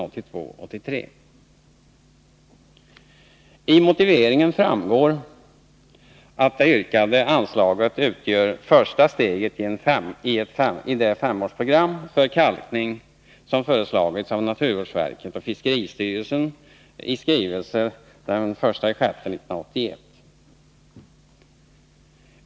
Av motiveringen framgår att det yrkade anslaget utgör första steget i det femårsprogram för kalkning som föreslagits av naturvårdsverket och fiskeristyrelsen i skrivelse av den 1 juni 1981.